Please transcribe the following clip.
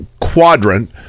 quadrant